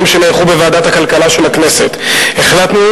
שנערכו בוועדת הכלכלה של הכנסת החלטנו,